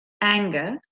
anger